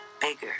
bigger